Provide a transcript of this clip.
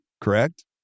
Correct